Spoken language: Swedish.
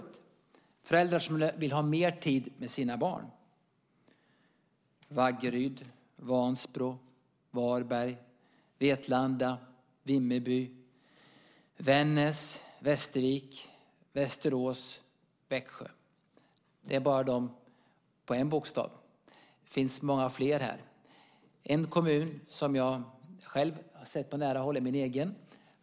Det är föräldrar som vill ha mer tid med sina barn i Vaggeryd, Vansbro, Varberg, Vetlanda, Vimmerby, Vännäs, Västervik, Västerås och Växjö - och det är bara de som börjar på en bokstav. Det finns många fler. En kommun som jag själv har sett på nära håll är min egen.